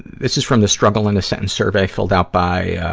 this is from the struggle in a sentence survey, filled out by, ah,